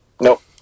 Nope